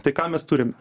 tai ką mes turime